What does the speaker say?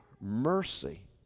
mercy